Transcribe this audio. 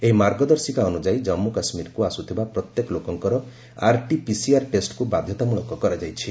ଏହି ମାର୍ଗଦର୍ଶିକା ଅନୁଯାୟୀ ଜନ୍ମୁ କାଶ୍ମୀରକୁ ଆସୁଥିବା ପ୍ରତ୍ୟେକ ଲୋକଙ୍କର ଆର୍ଟି ପିସିଆର୍ ଟେଷ୍ଟକୁ ବାଧ୍ୟତାମୂଳକ କରାଯାଇଛି